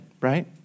right